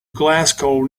glasgow